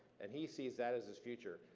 and he sees that as his future.